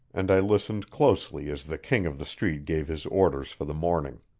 and i listened closely as the king of the street gave his orders for the morning.